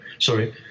Sorry